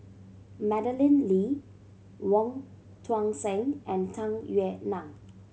Madeleine Lee Wong Tuang Seng and Tung Yue Nang